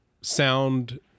sound